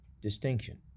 distinction